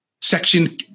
section